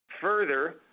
Further